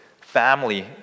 family